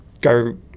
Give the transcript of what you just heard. Go